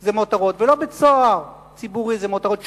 זה מותרות ולא שבית-סוהר ציבורי זה מותרות.